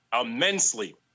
immensely